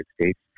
States